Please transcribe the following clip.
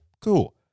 cool